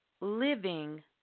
living